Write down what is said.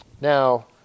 Now